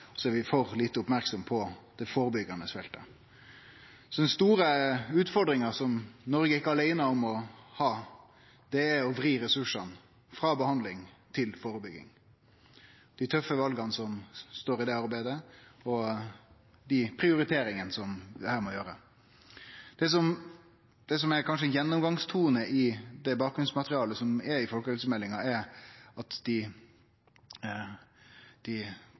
Så det er store utfordringar, som Noreg ikkje er aleine om å ha, det å vri ressursane frå behandling til førebygging – dei tøffe vala og dei prioriteringane som må gjerast her. Det som kanskje er gjennomgangstonen i det som er bakgrunnsmaterialet for folkehelsemeldinga, er at dei sosiale skilja i helse er aukande, og det gjennomsyrer alle felt. Dei